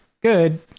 good